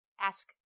ask